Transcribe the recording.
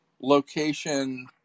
location